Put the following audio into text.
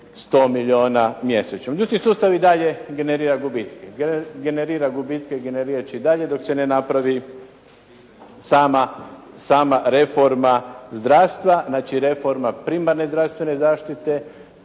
100 milijuna mjesečno. Ljudski sustav i dalje generira gubitke. Generira gubitke, generirat će i dalje dok se ne napravi sama reforma zdravstva. Znači reforma primarne zdravstvene zaštite,